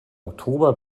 oktober